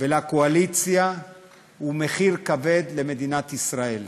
ולקואליציה היא במחיר כבד למדינת ישראל.